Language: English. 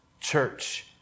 Church